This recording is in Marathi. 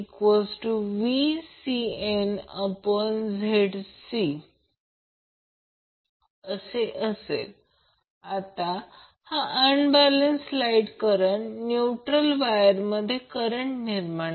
म्हणून या दरम्यानचा अँगल आणि हे वॅटमीटर येथे प्रत्यक्षात व्होल्टेज मोजते कारण ते फेझर कॉइल येथे जोडलेले आहे ते Vab असेल कारण आणि यामधून वाहणारा करंट Ia आहे